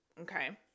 Okay